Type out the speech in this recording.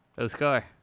Oscar